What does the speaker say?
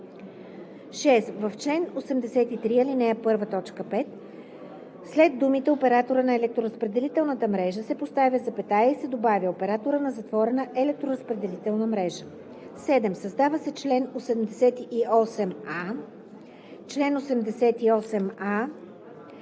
6. В чл. 83, ал. 1, т. 5 след думите „оператора на електроразпределителната мрежа“ се поставя запетая и се добавя „оператора на затворена електроразпределителна мрежа“. 7. Създава се чл. 88а: „Чл. 88а.